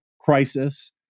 crisis